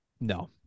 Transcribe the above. no